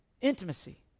Intimacy